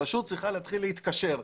הרשות צריכה להתחיל להתקשר.